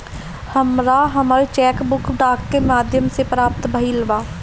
हमरा हमर cheque book डाक के माध्यम से प्राप्त भईल बा